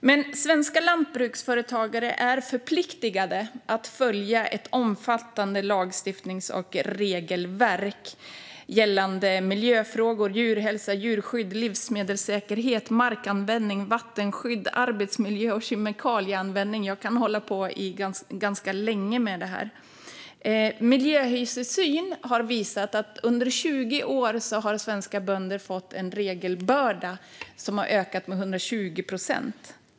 Men svenska lantbruksföretagare är förpliktade att följa ett omfattande lagstiftnings och regelverk gällande miljöfrågor, djurhälsa, djurskydd, livsmedelssäkerhet, markanvändning, vattenskydd, arbetsmiljö och kemikalieanvändning - jag kan göra en ganska lång uppräkning. Miljöhusesyn har visat att svenska bönders regelbörda har ökat med 120 procent på 20 år.